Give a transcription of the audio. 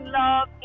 love